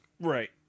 Right